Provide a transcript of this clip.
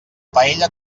paella